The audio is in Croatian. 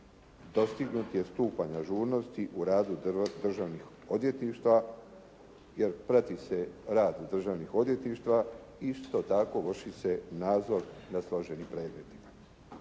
Dostignut je stupanj ažurnosti u radu državnih odvjetništava jer prati se rad državnih odvjetništava. Isto tako vrši se nadzor nad složenim predmetima.